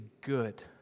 good